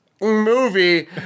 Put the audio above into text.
movie